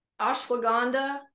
Ashwagandha